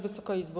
Wysoka Izbo!